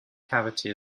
cavity